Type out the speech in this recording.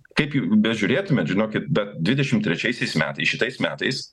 kaip bežiūrėtumėt žinokit bet dvidešim trečiaisiais metais šitais metais